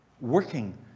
working